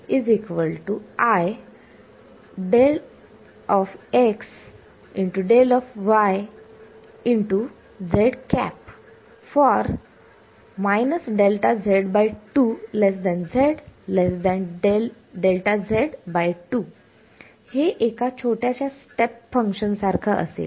तर हे असे असेल हे एका छोट्याशा स्टेप फंक्शन सारखं असेल